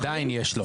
עדיין יש לו.